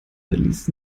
ließ